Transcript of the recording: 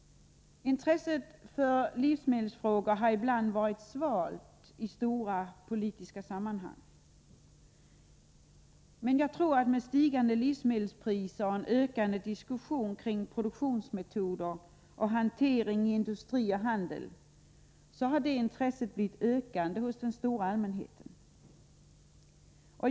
Intresset för livsmedelsfrågor har ibland varit svalt i stora politiska sammanhang. Men med stigande livsmedelspriser och en tilltagande diskussion kring produktionsmetoder och hantering i industri och handel tror jag att intresset ökar hos den stora allmänheten.